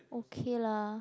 okay lah